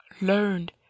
learned